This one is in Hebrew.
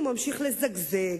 הוא ממשיך לזגזג,